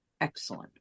Excellent